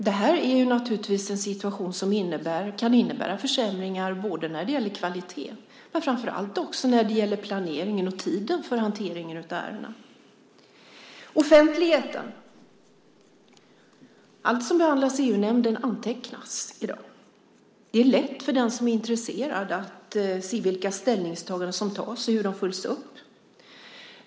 Det är naturligtvis en situation som kan innebära försämringar både vad gäller kvalitet och framför allt vad gäller planeringen och tiden för hanteringen av ärendena. Offentligheten - allt som behandlas i EU-nämnden antecknas i dag. Det är lätt för den som är intresserad att se vilka ställningstaganden som gjorts och hur de följs upp.